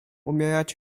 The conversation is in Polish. umierać